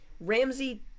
Ramsey